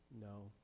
No